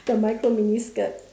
the micro mini skirt